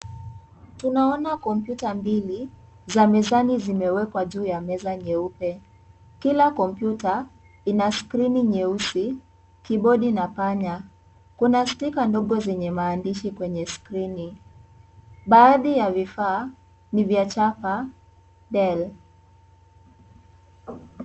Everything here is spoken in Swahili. Tunaona kompyuta mbili za mezani zimewekwa juu ya meza nyeupe, kila computer ina skirini nyeusi, kibodi na panya. Kuna stika ndogo zenye maandishi kwenye screen baadhi ya vifaa ni vya chapa Dell.